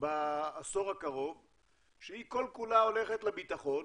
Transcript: בעשור הקרוב שהיא כל כולה הולכת לביטחון,